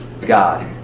God